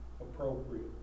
appropriate